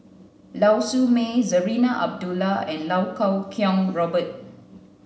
Lau Siew Mei Zarinah Abdullah and Lau Kuo Kwong Robert